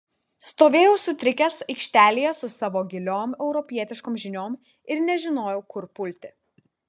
stovėjau sutrikęs aikštelėje su savo giliom europietiškom žiniom ir nežinojau kur pulti